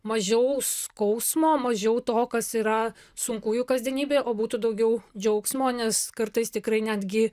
mažiau skausmo mažiau to kas yra sunku jų kasdienybėje o būtų daugiau džiaugsmo nes kartais tikrai netgi